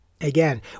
Again